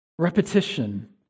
Repetition